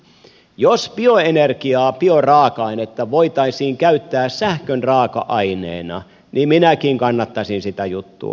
jos bioenergiaa bioraaka ainetta voitaisiin käyttää sähkön raaka aineena niin minäkin kannattaisin sitä juttua